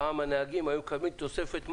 פעם הנהגים היו מקבלים תוספת מנקו.